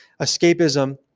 Escapism